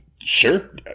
Sure